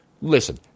Listen